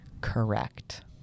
correct